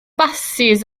basys